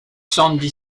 sandy